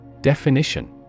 Definition